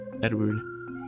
Edward